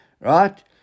right